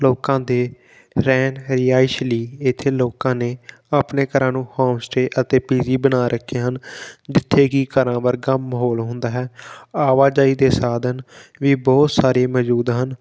ਲੋਕਾਂ ਦੇ ਰਹਿਣ ਰਿਹਾਇਸ਼ ਲਈ ਇੱਥੇ ਲੋਕਾਂ ਨੇ ਆਪਣੇ ਘਰਾਂ ਨੂੰ ਹੋਮ ਸਟੇਅ ਅਤੇ ਪੀ ਜੀ ਬਣਾ ਰੱਖੇ ਹਨ ਜਿੱਥੇ ਕਿ ਘਰਾਂ ਵਰਗਾ ਮਾਹੌਲ ਹੁੰਦਾ ਹੈ ਆਵਾਜਾਈ ਦੇ ਸਾਧਨ ਵੀ ਬਹੁਤ ਸਾਰੇ ਮੌਜੂਦ ਹਨ